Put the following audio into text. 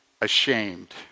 ashamed